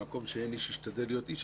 "במקום שאין אנשים השתדל להיות איש",